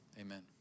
Amen